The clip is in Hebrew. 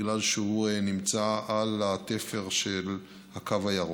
בגלל שהוא נמצא על התפר של הקו הירוק.